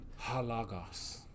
Halagos